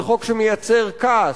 זה חוק שמייצר כעס,